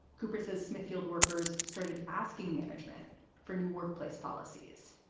cooper says smithfield workers started asking management for new workplace policies.